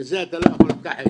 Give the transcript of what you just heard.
לזה אתה לא יכול להתכחש.